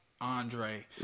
Andre